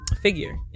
figure